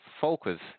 focus